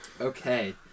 Okay